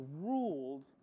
ruled